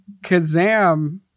Kazam